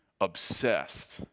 obsessed